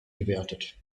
gewertet